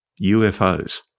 UFOs